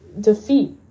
defeat